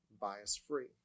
bias-free